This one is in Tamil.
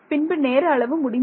பின்பு நேர அளவு முடிந்துவிடும்